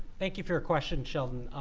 thank you for your question, sheldon.